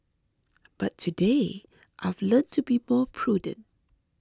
but today I've learnt to be more prudent